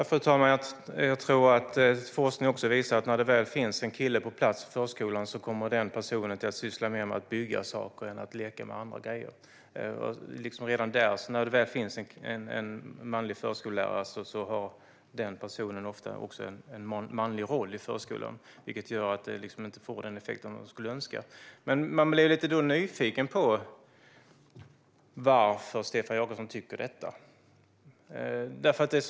Fru talman! Forskning visar också att när det väl finns en kille på plats i förskolan kommer han att syssla mer med att bygga saker än att leka med andra grejer. När det väl finns en manlig förskollärare har han ofta en manlig roll i förskolan, vilket gör att det inte får den effekt man skulle önska. Jag blir lite nyfiken på varför Stefan Jakobsson tycker så här.